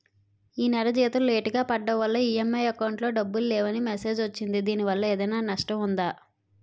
ఈ నెల జీతం లేటుగా పడటం వల్ల ఇ.ఎం.ఐ అకౌంట్ లో డబ్బులు లేవని మెసేజ్ వచ్చిందిదీనివల్ల ఏదైనా నష్టం ఉందా?